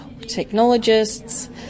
technologists